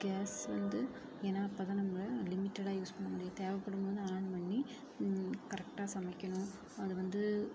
case வந்து ஏன்னா அப்போ தான் நம்மளை லிமிட்டடாக யூஸ் பண்ண முடியும் தேவைப்படும் போது ஆன் பண்ணி கரெக்டாக சமைக்கணும் அது வந்து